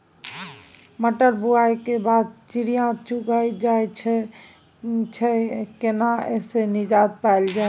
मटर बुआई के बाद चिड़िया चुइग जाय छियै केना ऐसे निजात पायल जाय?